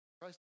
Christ